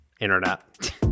internet